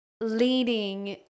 leading